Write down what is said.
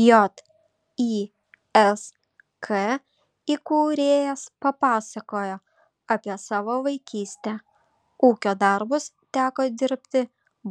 jysk įkūrėjas papasakojo apie savo vaikystę ūkio darbus teko dirbti